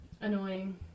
Annoying